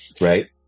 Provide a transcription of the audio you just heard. right